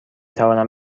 توانم